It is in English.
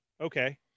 Okay